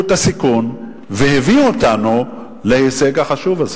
את הסיכון והביאו אותנו להישג החשוב הזה.